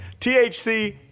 THC